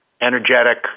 energetic